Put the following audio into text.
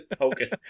Okay